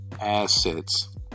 assets